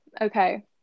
Okay